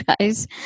guys